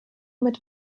mit